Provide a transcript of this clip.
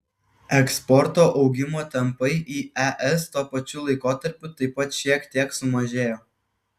eksporto augimo tempai į es tuo pačiu laikotarpiu taip pat šiek tiek sumažėjo